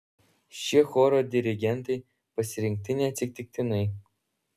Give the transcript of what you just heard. šie choro dirigentai pasirinkti neatsitiktinai